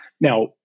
now